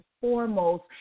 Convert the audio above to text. foremost